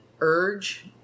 urge